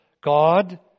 God